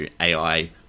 AI